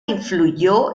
influyó